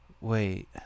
wait